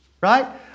right